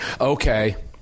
Okay